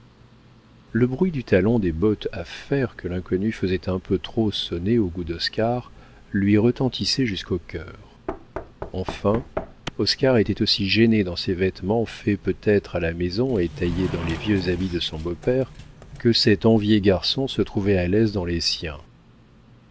le bruit du talon des bottes à fer que l'inconnu faisait un peu trop sonner au goût d'oscar lui retentissait jusqu'au cœur enfin oscar était aussi gêné dans ses vêtements faits peut-être à la maison et taillés dans les vieux habits de son beau-père que cet envié garçon se trouvait à l'aise dans les siens